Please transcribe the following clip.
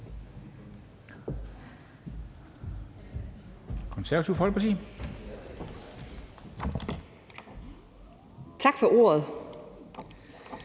Konservative Folkepartis ordfører.